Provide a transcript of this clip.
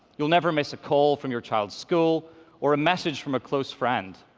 you'll never miss a call from your child's school or a message from a close friend.